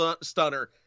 stunner